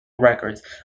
records